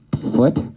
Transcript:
foot